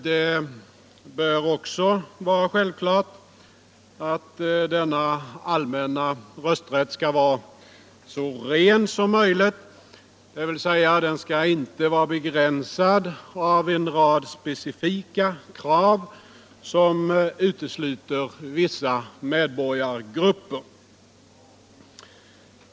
Det bör också vara självklart att denna allmänna rösträtt skall vara så ren som möjligt, dvs. den skall inte vara begränsad av en rad specifika krav som utesluter vissa medborgargrupper.